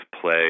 play